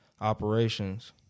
operations